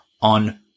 on